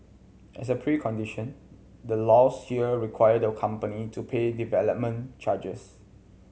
as a precondition the laws here require the company to pay development charges